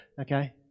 okay